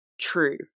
true